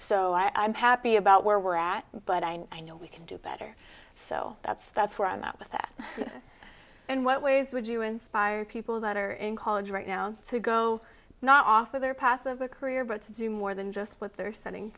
so i am happy about where we're at but i know i know we can do better so that's that's where i'm at with that and what ways would you inspire people that are in college right now to go not off with their path of a career but to do more than just what they're setting